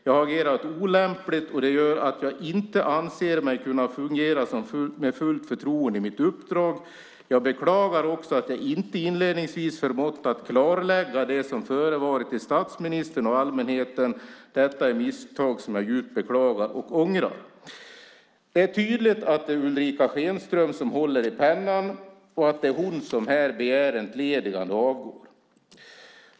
Jag har agerat olämpligt, och det gör att jag inte anser mig kunna fungera med fullt förtroende i mitt uppdrag. Jag beklagar också att jag inte inledningsvis har förmått att klarlägga det som har förevarit till statsministern och allmänheten. Detta är misstag som jag djupt beklagar och ångrar. Det är tydligt att det är Ulrica Schenström som håller i pennan och att det är hon som här begär entledigande och avgår.